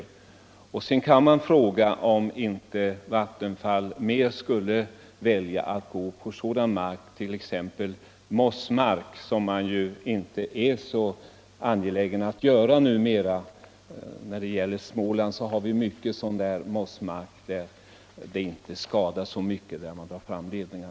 Borde inte Vattenfall kunna välja att gå på mindre värdefull mark, exempelvis mossmark, vilket man inte tycks vara så angelägen om att göra numera? I Småland har vi mycket mossmark där det inte blir så stora skador om man drar fram ledningar.